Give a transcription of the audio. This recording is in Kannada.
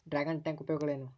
ಡ್ರಾಗನ್ ಟ್ಯಾಂಕ್ ಉಪಯೋಗಗಳೇನು?